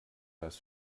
das